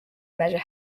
measure